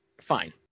Fine